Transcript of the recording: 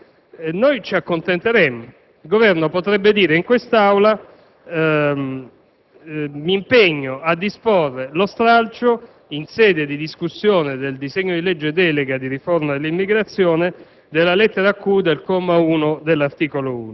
il Governo può anche dire che si impegna a disporre lo stralcio. Poiché tutto quello che dice il Governo, a mio avviso, merita il massimo dell'ossequio - perché tutti gli impegni che assume poi vengono puntualmente onorati